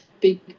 Big